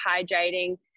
hydrating